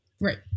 Right